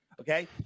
Okay